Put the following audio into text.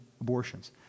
abortions